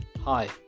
Hi